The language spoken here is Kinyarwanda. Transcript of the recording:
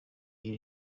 iri